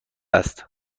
است